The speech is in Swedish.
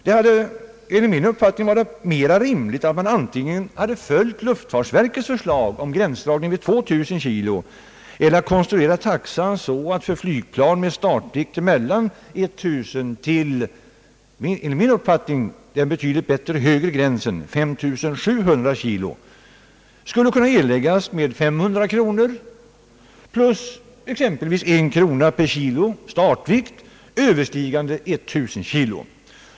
Det hade enligt min uppfattning varit mera rimligt att man antingen hade följt luftfartsverkets förslag om en gräns vid 2000 kg eller konstruerat taxan så att för flygplan med startvikt mellan 1 000 kg och den betydligt bättre gränsen 5700 kg avgiften skulle kunna erläggas med 500 kronor plus exempelvis en krona per kilo startvikt överstigande 1000 kg.